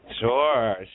Sure